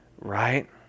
Right